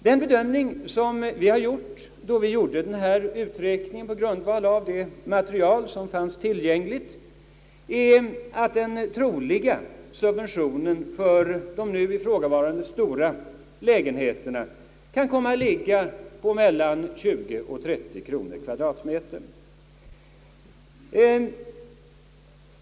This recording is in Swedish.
Den bedömning som vi har kommit till då vi gjorde uträkningen på grundval av det material som fanns tillgängligt visar, att den troliga subventionen för de nu ifrågavarande stora lägenheterna kan komma att ligga på mel lan 20 och 30 kronor per kvadratmeter.